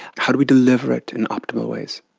how do we deliver it in optimal ways?